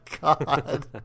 God